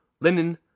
linen